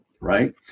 right